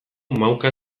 mauka